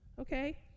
Okay